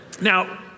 now